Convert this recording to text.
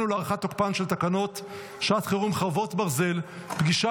ולהארכת תוקפן של תקנות שעת חירום (חרבות ברזל) (פגישה